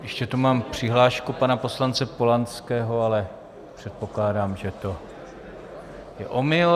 Ještě tu mám přihlášku pana poslance Polanského, ale předpokládám, že to je omyl.